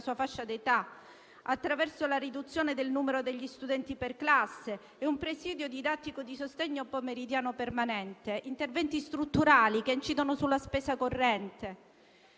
sua fascia d'età, attraverso la riduzione del numero degli studenti per classe e un presidio didattico di sostegno pomeridiano permanente. Si tratta di interventi strutturali che incidono sulla spesa corrente.